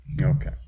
Okay